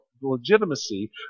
legitimacy